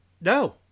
No